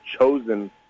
chosen